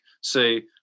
say